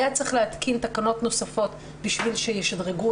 היה צריך להתקין תקנות נוספות שישדרגו